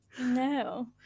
No